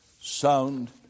sound